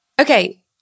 Okay